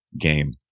game